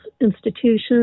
institutions